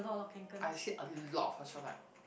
I see a lot of Herschel like